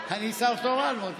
אני שר תורן, מותק.